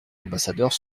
ambassadeurs